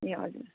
ए हजुर